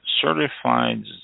Certified